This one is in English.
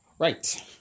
Right